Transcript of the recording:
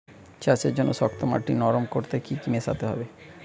চাষের জন্য শক্ত মাটি নরম করতে কি কি মেশাতে হবে?